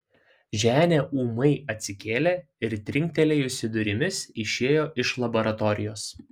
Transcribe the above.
ženia ūmai atsikėlė ir trinktelėjusi durimis išėjo iš laboratorijos